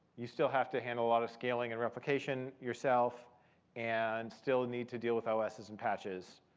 you still have to handle a lot of scaling and replication yourself and still need to deal with oses and patches.